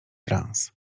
trans